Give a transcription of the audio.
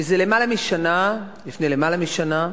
מזה למעלה משנה, לפני למעלה משנה,